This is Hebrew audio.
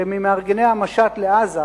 ממארגני המשט לעזה,